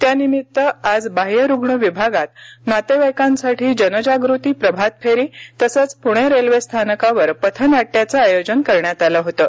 त्यानिमित्त आज बाह्यरुग्ण विभागात नातेवाईकांसाठी जनजागृती प्रभात फेरी तसंच पुणे रेल्वे स्थानकावर पथनाट्याचं आयोजन करण्यात आलं होतं